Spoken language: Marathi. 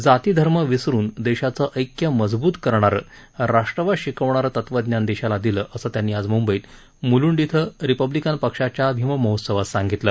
जाती धर्म विसरून देशाचं ऐक्य मजबूत करणारं राष्ट्रवाद शिकविणारं तत्वज्ञान देशाला दिलं असं त्यांनी आज मुंबईत मुलूंड इथं रिपब्लिकन पक्षाच्या भीममहोत्सवात सांगितलं